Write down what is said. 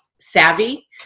savvy